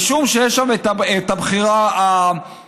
משום שיש שם את הבחירה ההפוכה,